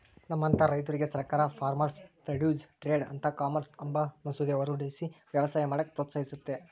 ನಮ್ಮಂತ ರೈತುರ್ಗೆ ಸರ್ಕಾರ farmers produce trade and commerce ಅಂಬ ಮಸೂದೆ ಹೊರಡಿಸಿ ವ್ಯವಸಾಯ ಮಾಡಾಕ ಪ್ರೋತ್ಸಹಿಸ್ತತೆ